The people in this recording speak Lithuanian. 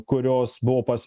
kurios buvo pas